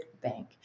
Bank